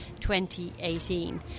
2018